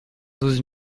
douze